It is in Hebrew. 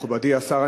מכובדי השר,